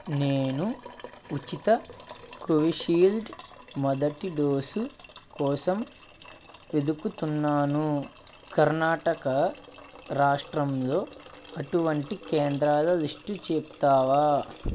నేను ఉచిత కోవిషీల్డ్ మొదటి డోసు కోసం వెదుకుతున్నాను కర్ణాటక రాష్ట్రంలో అటువంటి కేంద్రాల లిస్ట్ చెప్తావా